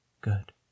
good